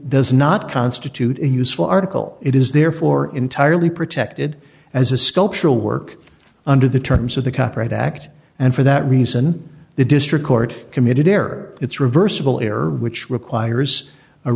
does not constitute a useful article it is therefore entirely protected as a sculptural work under the terms of the copyright act and for that reason the district court committed error it's reversible error which requires a